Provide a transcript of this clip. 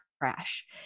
crash